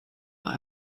war